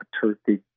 turkey